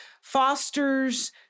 fosters